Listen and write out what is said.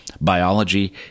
biology